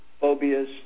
phobias